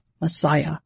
Messiah